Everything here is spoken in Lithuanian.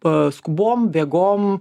paskubom bėgom